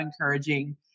encouraging